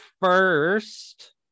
first